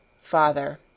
Father